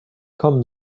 kommen